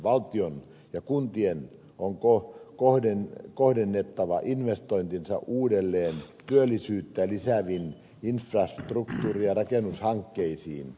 valtion ja kuntien on kohdennettava investointinsa uudelleen työllisyyttä lisääviin infrastruktuuri ja rakennushankkeisiin